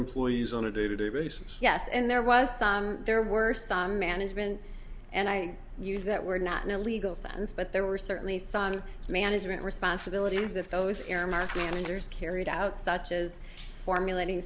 employees on a day to day basis yes and there was there were some management and i use that word not in a legal sense but there were certainly song management responsibilities the fellows earmarked managers carried out such as formulating